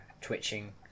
twitching